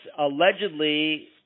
allegedly